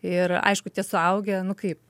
ir aišku tie suaugę nu kaip